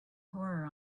horror